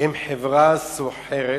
עם חברה סוחרת),